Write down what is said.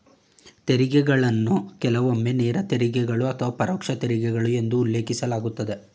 ತೆರಿಗೆಗಳನ್ನ ಕೆಲವೊಮ್ಮೆ ನೇರ ತೆರಿಗೆಗಳು ಅಥವಾ ಪರೋಕ್ಷ ತೆರಿಗೆಗಳು ಎಂದು ಉಲ್ಲೇಖಿಸಲಾಗುತ್ತದೆ